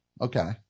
Okay